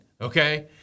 Okay